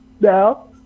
now